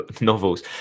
Novels